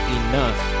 enough